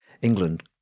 England